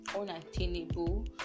unattainable